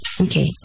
Okay